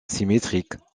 symétriques